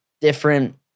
different